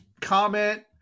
comment